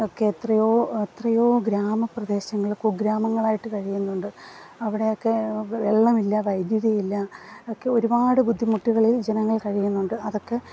ഒക്കെ എത്രയോ എത്രയോ ഗ്രാമപ്രദേശങ്ങൾ കുഗ്രാമങ്ങളായിട്ട് കഴിയുന്നുണ്ട് അവിടെയൊക്കെ വെള്ളമില്ല വൈദ്യുതിയില്ല ഒക്കെ ഒരുപാട് ബുദ്ധിമുട്ടുകളിൽ ജനങ്ങൾ കഴിയുന്നുണ്ട് അതൊക്കെ